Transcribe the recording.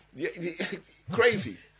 crazy